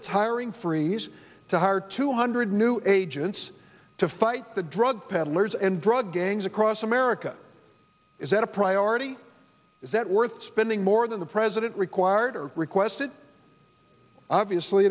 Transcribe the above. its hiring freeze to hire two hundred new agents to fight the drug peddlers and drug gangs across america is that a priority is that worth spending more than the president required or requested obviously